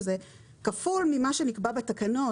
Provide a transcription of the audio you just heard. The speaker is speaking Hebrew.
שזה כפול ממה שנקבע בתקנות.